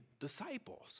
disciples